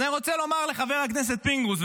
אז אני רוצה תודה לחבר הכנסת פינדרוס,